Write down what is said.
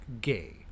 gay